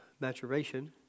maturation